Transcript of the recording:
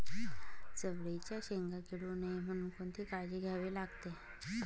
चवळीच्या शेंगा किडू नये म्हणून कोणती काळजी घ्यावी लागते?